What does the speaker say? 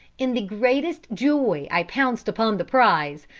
in the greatest joy i pounced upon the prize,